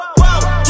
whoa